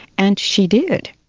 and she did.